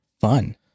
Fun